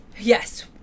Yes